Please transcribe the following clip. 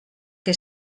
que